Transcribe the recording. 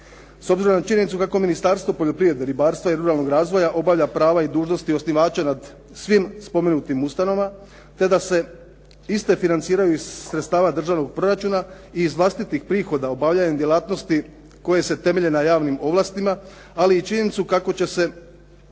S obzirom na činjenicu kako Ministarstvo poljoprivrede, ribarstva i ruralnog razvoja obavlja prava i dužnosti osnivača nad svim spomenutim ustanovama te da se iste financiraju iz sredstava držanog proračuna i iz vlastitih prihoda obavljanja djelatnosti koje se temelje na javnim ovlastima, ali i činjenicu kako će se